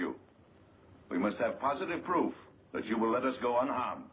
you we must have positive proof that you will let us go on